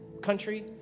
country